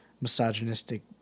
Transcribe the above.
misogynistic